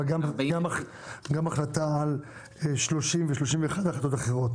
אבל גם ההחלטה על 30 ו-31 אלה החלטות אחרות.